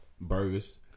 burgers